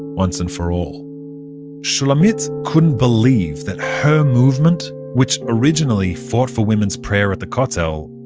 once and for all shulamit couldn't believe that her movement, which originally, fought for women's prayer at the kotel,